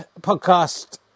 podcast